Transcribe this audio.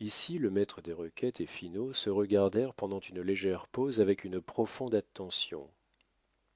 ici le maître des requêtes et finot se regardèrent pendant une légère pause avec une profonde attention